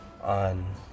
on